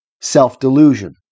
self-delusion